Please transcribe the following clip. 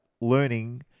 learning